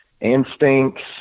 instincts